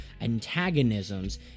antagonisms